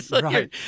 Right